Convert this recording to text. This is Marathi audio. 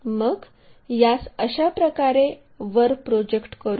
मग यास अशाप्रकारे वर प्रोजेक्ट करू